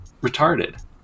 retarded